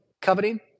coveting